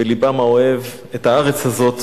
בלבם האוהב את הארץ הזו,